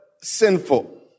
Sinful